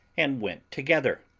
and went together.